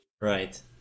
right